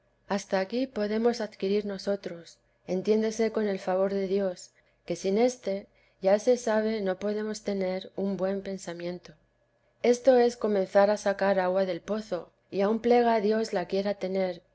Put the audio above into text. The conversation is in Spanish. hasta aquí podemos adquirir nosotros entiéndese con el favor de dios que sin éste ya se sabe no podemos tener un buen pensamiento esto es comenzar a sacar agua del pozo y aun plega a dios la quiera tener